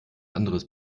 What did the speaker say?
anderes